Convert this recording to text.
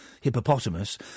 Hippopotamus